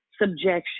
subjection